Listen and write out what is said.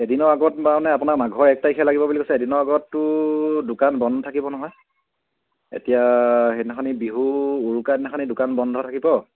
এদিনৰ আগত মানে আপোনাৰ মাঘৰ এক তাৰিখে লাগিব বুলি কৈছে এদিনৰ আগতো দোকান বন্ধ থাকিব নহয় এতিয়া সেইদিনাখন বিহু উৰুকা দিনাখন দোকান বন্ধ থাকিব